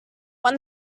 when